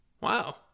wow